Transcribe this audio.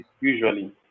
usually